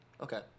Okay